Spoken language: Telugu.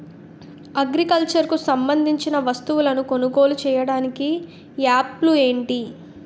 అగ్రికల్చర్ కు సంబందించిన వస్తువులను కొనుగోలు చేయటానికి యాప్లు ఏంటి?